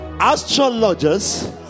astrologers